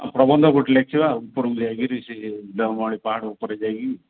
ଆଉ ପ୍ରବନ୍ଧ ଗୋଟେ ଲେଖିବା ଆଉ ଉପରକୁ ଯାଇକିରି ସେ ଦେଓମାଳି ପାହାଡ଼ ଉପରେ ଯାଇକି